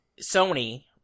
Sony